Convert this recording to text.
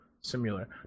similar